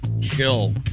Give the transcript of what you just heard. Chill